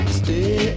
stay